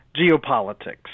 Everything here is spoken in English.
geopolitics